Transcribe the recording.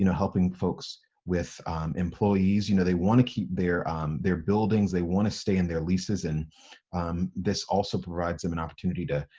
you know helping folks with employees, you know, they wanna keep their um their buildings, they wanna stay in their leases, and this also provides them an opportunity to,